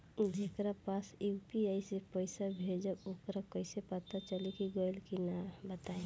जेकरा पास यू.पी.आई से पईसा भेजब वोकरा कईसे पता चली कि गइल की ना बताई?